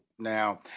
Now